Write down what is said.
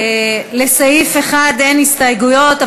לסעיף 1 אין הסתייגויות,